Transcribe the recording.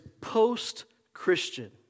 post-Christian